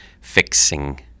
fixing –